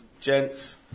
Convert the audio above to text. gents